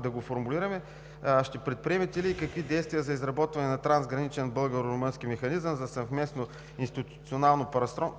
да го формулираме: какви действия ще предприемете за изработване на трансграничен българо-румънски механизъм за съвместно институционално